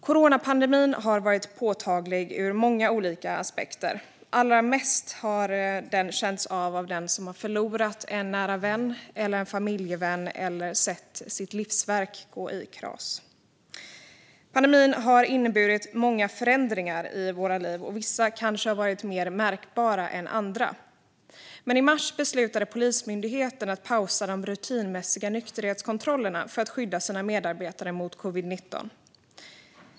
Coronapandemin har varit påtaglig ur många olika aspekter. Allra mest har den känts av hos dem som förlorat en nära vän eller familjemedlem eller som har sett sitt livsverk gå i kras. Pandemin har inneburit många förändringar i våra liv, vissa kanske mer märkbara än andra. I mars beslutade Polismyndigheten att pausa de rutinmässiga nykterhetskontrollerna för att skydda sina medarbetare mot covid-19.